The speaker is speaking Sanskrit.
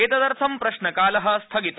उत्तदर्थ प्रश्नकाल स्थगित